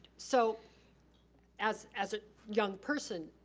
so as as a young person,